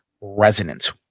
resonance